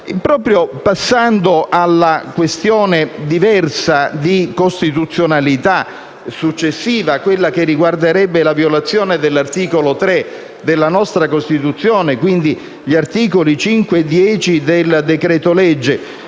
Passando alla questione di costituzionalità successiva, che riguarderebbe la violazione dell'articolo 3 della nostra Costituzione e, quindi, gli articoli 5 e 10 del decreto-legge,